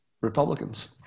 Republicans